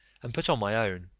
and put on my own,